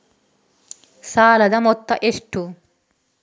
ಸಾಲದ ಮೊತ್ತ ಎಷ್ಟು?